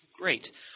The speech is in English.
Great